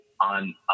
on